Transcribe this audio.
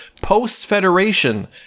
post-federation